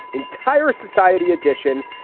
entire society edition.